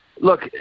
look